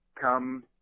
come